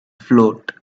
float